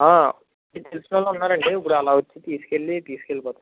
తెలిసిన వాళ్ళు ఉన్నారండి ఇప్పుడు వాళ్ళు వచ్చి తీసుకెళ్ళి తీసుకెళ్ళిపోతారు